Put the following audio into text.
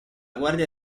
guardia